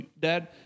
Dad